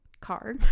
car